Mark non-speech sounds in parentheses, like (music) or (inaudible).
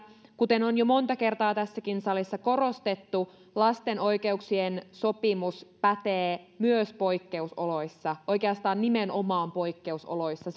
kuten on jo monta kertaa tässäkin salissa korostettu lasten oikeuksien sopimus pätee myös poikkeusoloissa oikeastaan nimenomaan poikkeusoloissa (unintelligible)